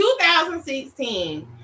2016